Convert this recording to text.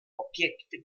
objekte